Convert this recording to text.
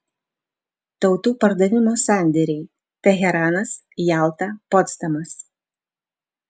tautų pardavimo sandėriai teheranas jalta potsdamas